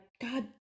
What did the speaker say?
god